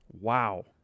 wow